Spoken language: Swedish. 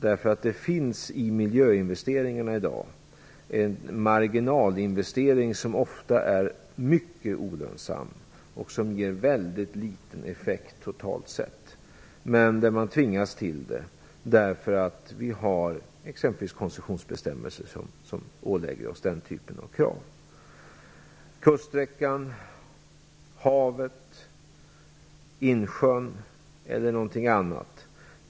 Det finns i miljöinvesteringarna i dag en marginalinvestering som ofta är mycket olönsam och som ger en mycket liten effekt totalt sett. Man tvingas till den därför att vi har koncessionsbestämmelser som ålägger oss den typen av krav. Kuststräckan, havet, insjön o.dyl.